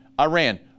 Iran